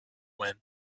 when